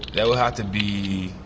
that would have to be.